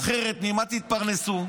אחרת, ממה תתפרנסו?